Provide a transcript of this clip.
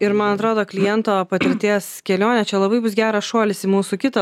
ir man atrodo kliento patirties kelionė čia labai bus geras šuolis į mūsų kitą